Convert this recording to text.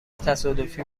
تصادفی